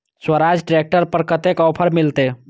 Swaraj tractor पर कतेक offer मिलते?